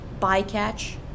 bycatch